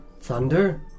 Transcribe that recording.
thunder